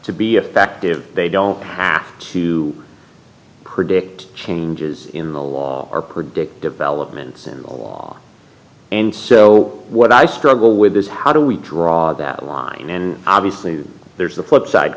to be effective they don't have to predict changes in the law or predict developments in the law and so what i struggle with is how do we draw that line and obviously there's the flip side